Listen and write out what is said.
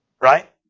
right